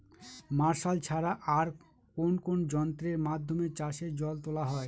Martial ছাড়া আর কোন কোন যন্ত্রেরর মাধ্যমে চাষের জল তোলা হয়?